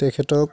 তেখেতক